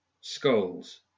Skulls